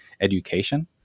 education